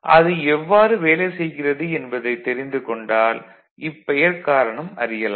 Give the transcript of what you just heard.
அது எவ்வாறு வேலை செய்கிறது என்பதைத் தெரிந்து கொண்டால் இப்பெயர்க் காரணம் அறியலாம்